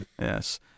Yes